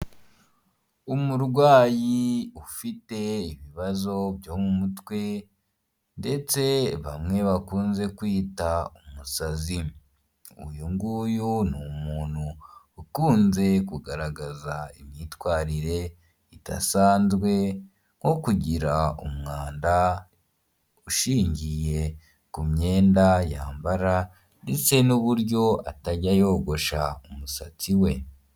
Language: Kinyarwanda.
Umurwayi ufite ibibazo byo mu mutwe ndetse bamwe bakunze kwita umusazi. Uyu nguyu ni umuntu ukunze kugaragaza imyitwarire idasanzwe, nko kugira umwanda ushingiye ku myenda yambara ndetse n'uburyo atajya yogosha umusatsi we.